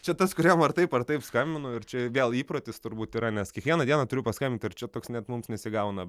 čia tas kuriam ar taip ar taip skambinu ir čia vėl įprotis turbūt yra nes kiekvieną dieną turiu paskambint ir čia toks net mums nesigauna